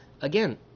Again